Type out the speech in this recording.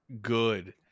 good